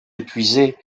épuisées